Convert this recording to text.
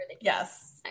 yes